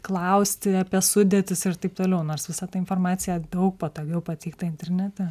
klausti apie sudėtis ir taip toliau nors visa ta informacija daug patogiau pateikta internete